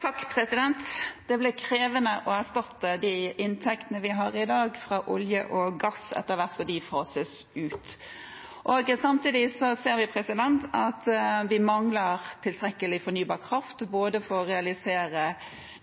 gass, etter hvert som de fases ut. Samtidig ser vi at vi mangler tilstrekkelig fornybar kraft for både å realisere